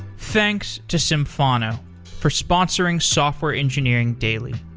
thanks to symphono for sponsoring software engineering daily.